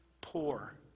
poor